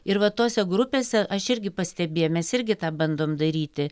ir va tose grupėse aš irgi pastebėjau mes irgi tą bandom daryti